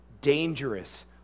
dangerous